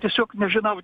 tiesiog nežinau